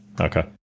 Okay